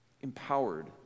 empowered